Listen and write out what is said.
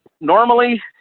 Normally